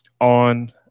on